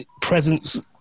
presence